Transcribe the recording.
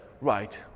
right